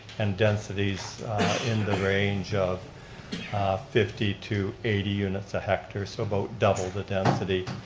and densities in the range of fifty to eighty units a hectare. so about double the density.